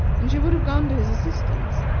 and she would have gone to his assistance,